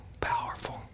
powerful